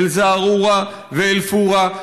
א-זערורה ואל-פורעה.